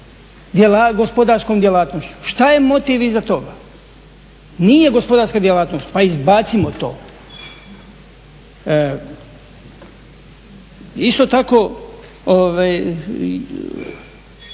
gospodarskom djelatnošću, šta je motiv iza toga? Nije gospodarska djelatnost, pa izbacimo to. Isto tako